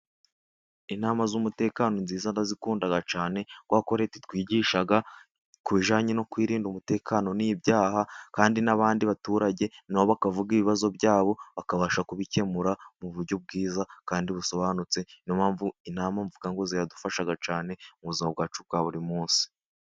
Inama z'umutekano ni nziza ndazikunda cyane, kubera ko Leta itwigisha ku bijyananye no kwirindira umutekano n'ibyaha. Kandi n'abandi baturage, nabo bakavuga ibibazo byabo, bakabasha kubikemura mu buryo bwiza kandi busobanutse. Niyo mpamvu inama mvuga ngo ziradufasha cyane mu buzima bwacu bwa buri munsi.